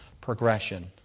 progression